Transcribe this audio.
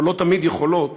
אבל לא תמיד יכולות,